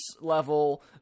level